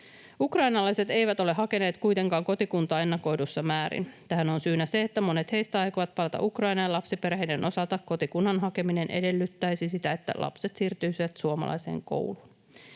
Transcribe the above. Ukrainalaiset eivät ole hakeneet kuitenkaan kotikuntaa ennakoidussa määrin. Tähän on syynä se, että monet heistä aikovat palata Ukrainaan. Lapsiperheiden osalta kotikunnan hakeminen edellyttäisi sitä, että lapset siirtyisivät suomalaiseen kouluun.